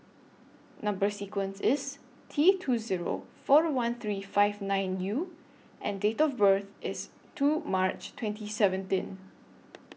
Number sequence IS T two Zero four one three five nine U and Date of birth IS two March twenty seventeen